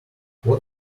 what